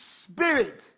spirit